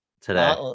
Today